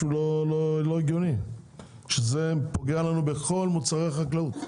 מי שלח את ההודעה?